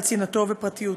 על צנעתו ופרטיותו.